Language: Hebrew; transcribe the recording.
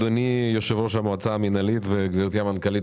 אדוני יושב-ראש המועצה המינהלית וגברתי המנכ"לית,